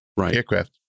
aircraft